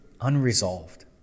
unresolved